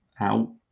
out